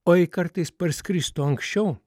o jei kartais parskristų anksčiau